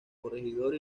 corregidor